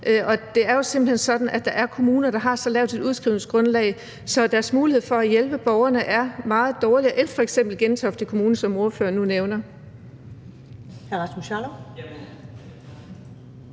Det er jo simpelt hen sådan, at der er kommuner, der har et så lavt udskrivningsgrundlag, at deres muligheder for at hjælpe borgerne er meget dårligere end f.eks. Gentofte Kommunes, som ordføreren nu nævner.